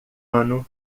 ano